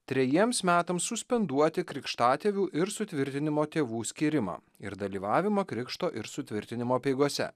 trejiems metams suspenduoti krikštatėvių ir sutvirtinimo tėvų skyrimą ir dalyvavimą krikšto ir sutvirtinimo apeigose